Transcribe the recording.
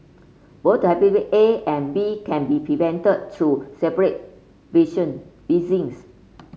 both A and B can be prevented through separate vision